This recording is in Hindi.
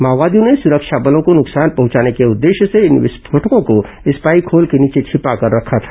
माओवादियों ने सुरक्षा बलों को नुकसान पहुंचाने के उद्देश्य से इन विस्फोटकों को स्पाईक होल के नीचे छिपाकर रखा था